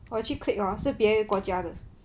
我去 click hor 是别的国家的